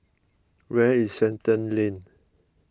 where is Shenton Lane